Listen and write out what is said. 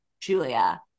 Julia